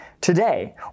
Today